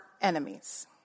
enemies